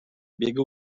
biegł